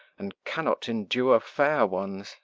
and cannot endure fair ones.